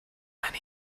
many